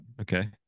okay